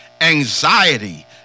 anxiety